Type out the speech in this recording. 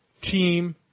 team